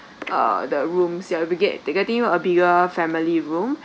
uh the rooms ya we'll be getting you a bigger family room